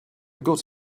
got